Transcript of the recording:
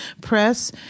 press